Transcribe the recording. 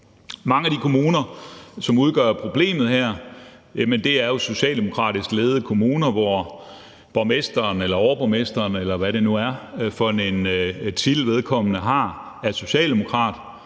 Mange af de kommuner, som udgør problemet her, er jo socialdemokratisk ledede kommuner, hvor borgmesteren eller overborgmesteren, eller hvad det nu er for en titel, vedkommende har, er socialdemokrat.